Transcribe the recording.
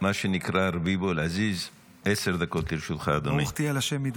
נעבור לנושא הבא על סדר-היום: הצעת